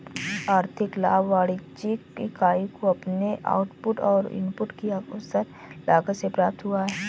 आर्थिक लाभ वाणिज्यिक इकाई को अपने आउटपुट और इनपुट की अवसर लागत से प्राप्त हुआ है